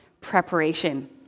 preparation